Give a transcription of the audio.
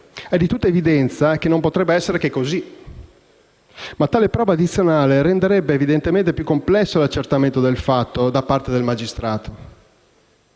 È di tutta evidenza che non potrebbe essere che così, ma tale prova addizionale renderebbe più complesso l'accertamento del fatto da parte del magistrato.